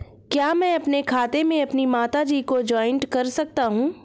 क्या मैं अपने खाते में अपनी माता जी को जॉइंट कर सकता हूँ?